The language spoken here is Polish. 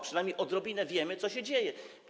Przynajmniej odrobinę wiemy, co się dzieje.